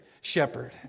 shepherd